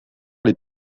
les